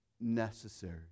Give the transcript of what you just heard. necessary